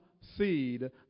seed